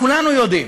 כולנו יודעים,